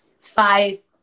five